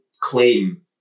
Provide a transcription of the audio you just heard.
claim